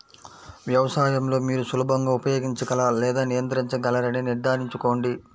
వ్యవసాయం లో మీరు సులభంగా ఉపయోగించగల లేదా నియంత్రించగలరని నిర్ధారించుకోండి